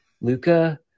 Luca